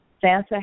santa